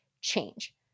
change